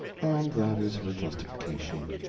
and that is her justification.